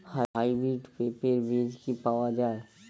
Hybrid পেঁপের বীজ কি পাওয়া যায়?